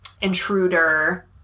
intruder